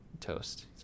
toast